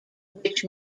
which